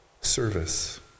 service